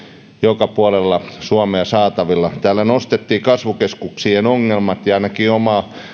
joka puolella suomea saatavilla täällä nostettiin kasvukeskuksien ongelmat ja ainakin oma